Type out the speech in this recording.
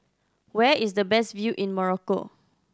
where is the best view in Morocco